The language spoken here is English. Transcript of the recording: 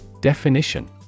Definition